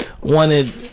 wanted